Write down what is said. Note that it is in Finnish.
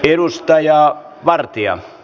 arvoisa puhemies